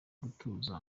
gutuza